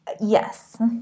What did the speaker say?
Yes